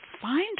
find